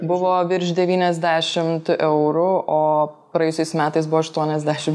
buvo virš devyniasdešimt eurų o praėjusiais metais buvo aštuoniasdešim